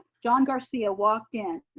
john garcia walked in.